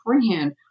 beforehand